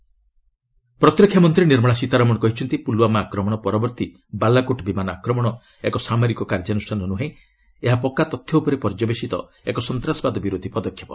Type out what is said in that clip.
ନିର୍ମଳା ସୀତାରମଣ ପ୍ରତିରକ୍ଷା ମନ୍ତ୍ରୀ ନିର୍ମଳା ସୀତାରମଣ କହିଛନ୍ତି ପୁଲ୍ୱାମା ଆକ୍ରମଣ ପରବର୍ତ୍ତୀ ବାଲାକୋଟ୍ ବିମାନ ଆକ୍ରମଣ ଏକ ସାମରିକ କାର୍ଯ୍ୟାନୁଷ୍ଠାନ ନୁହେଁ ଏହା ପକ୍କା ତଥ୍ୟ ଉପରେ ପର୍ଯ୍ୟବସିତ ଏକ ସନ୍ତାସବାଦ ବିରୋଧୀ ପଦକ୍ଷେପ